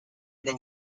than